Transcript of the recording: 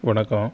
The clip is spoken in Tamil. வணக்கம்